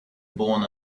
born